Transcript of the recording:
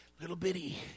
little-bitty